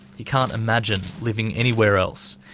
he can't imagine living anywhere else.